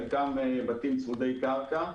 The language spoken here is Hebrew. חלקם בתים צמודי קרקע.